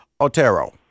Otero